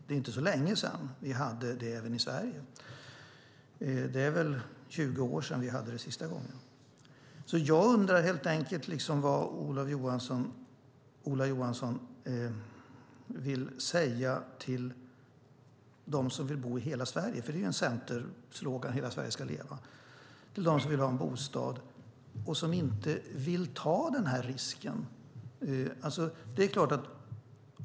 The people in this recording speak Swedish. Det är inte så länge sedan det var en bostadskris i Sverige, för ungefär 20 år sedan. Jag undrar vad Ola Johansson vill säga till dem som vill ha en bostad - det är en centerfråga; hela Sverige ska leva - och inte vill ta risken.